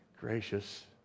Gracious